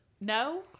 no